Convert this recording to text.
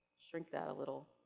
shrink that a little,